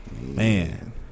Man